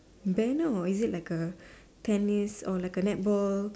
banner or is it like a tennis or like a netball